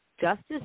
Justice